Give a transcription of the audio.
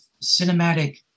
cinematic